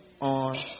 on